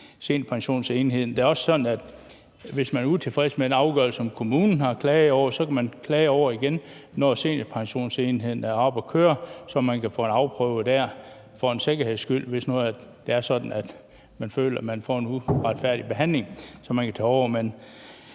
Det er også sådan, at hvis man er utilfreds med en afgørelse, som kommunen har truffet, så kan man klage over det igen, når seniorpensionsenheden er oppe at køre. Man kan få det afprøvet der for en sikkerheds skyld, hvis nu det er sådan, at man føler, at man har fået en uretfærdig behandling. Så kan de tage over.